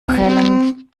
prellen